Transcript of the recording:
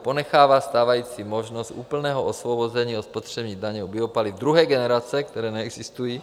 ponechává stávající možnost úplného osvobození od spotřební daně u biopaliv druhé generace která neexistují;